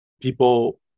people